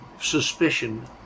suspicion